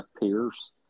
Pierce